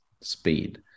speed